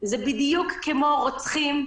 זה בדיוק כמו רוצחים,